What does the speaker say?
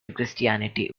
christianity